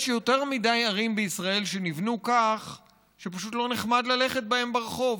יש יותר מדי ערים בישראל שנבנו כך שפשוט לא נחמד ללכת בהן ברחוב,